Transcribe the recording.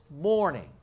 morning